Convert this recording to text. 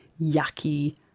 yucky